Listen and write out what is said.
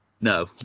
No